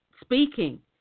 speaking